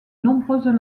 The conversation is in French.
nombreuses